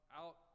out